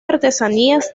artesanías